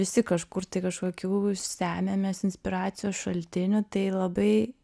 visi kažkur tai kažkokių semiamės inspiracijos šaltinių tai labai